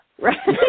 right